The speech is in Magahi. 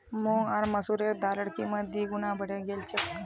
मूंग आर मसूरेर दालेर कीमत दी गुना बढ़े गेल छेक